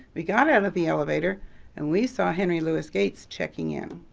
we got out of the elevator and we saw henry louis gates checking in.